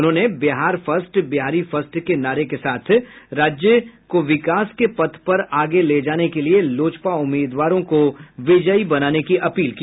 उन्होंने Bihar first Bihari first के नारे के साथ राज्य को विकास के पथ पर ले जाने के लिये लोजपा उम्मीदवारों को विजयी बनाने की अपील की